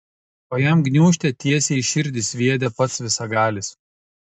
o jam gniūžtę tiesiai į širdį sviedė pats visagalis